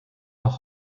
auch